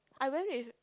I went with